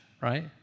right